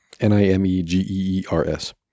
N-I-M-E-G-E-E-R-S